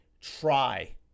try